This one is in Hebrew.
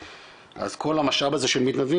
אז כל המשאב הזה של מתנדבים,